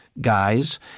guys